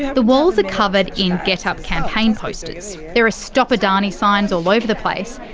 the walls are covered in getup! campaign posters. there are stop adani signs all over the place.